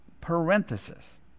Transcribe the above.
Parenthesis